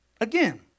Again